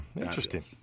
interesting